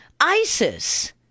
ISIS